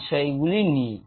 এই বিষয়গুলি নিয়ে